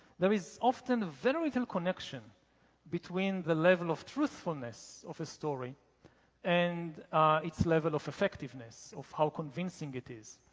there is often a very little connection between the level of truthfulness of a story and its level of effectiveness of how convincing it is.